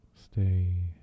Stay